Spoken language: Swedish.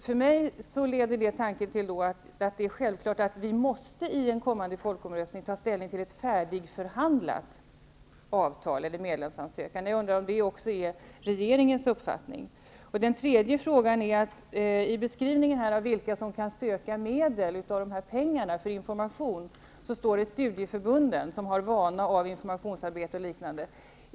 För mig leder det tanken till att det är självklart att vi i en kommande folkomröstning måste ta ställning till ett färdigförhandlat avtal, eller medlemskapsansökan. Är det också regeringens uppfattning? Den tredje frågan gäller vilka som kan söka medel. I beskrivningen av vilka som kan få pengar till information står att det kan bli fråga om studieförbunden, vilka har vana av informationsarbete och liknande.